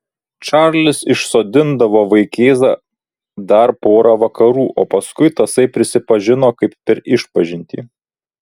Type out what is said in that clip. čarlis išsodindavo vaikėzą dar pora vakarų o paskui tasai prisipažino kaip per išpažintį